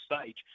stage